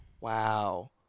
Wow